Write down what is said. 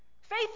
Faith